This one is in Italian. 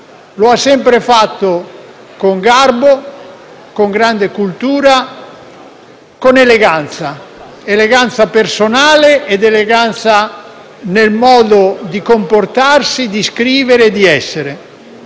Lo ha sempre fatto con garbo, con grande cultura ed eleganza: eleganza personale e nel modo di comportarsi, di scrivere e di essere.